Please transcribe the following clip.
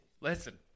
listen